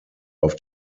auf